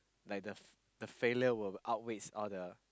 like the the failure will outweighs all the